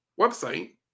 website